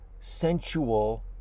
sensual